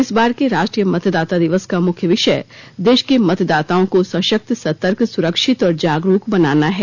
इस बार के राष्ट्रीय मतदाता दिवस का मुख्य विषय देश के मतदाताओं को सशक्त सतर्क सुरक्षित और जागरूक बनाना है